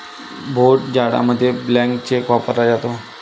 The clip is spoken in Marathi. भोट जाडामध्ये ब्लँक चेक वापरला जातो